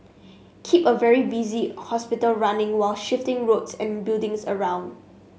keep a very busy hospital running while shifting roads and buildings around